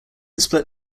split